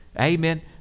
amen